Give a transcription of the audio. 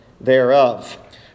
thereof